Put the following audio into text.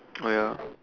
oh ya